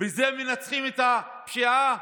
בזה מנצחים את הפשיעה?